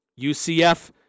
UCF